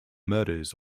murders